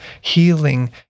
healing